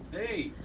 hey.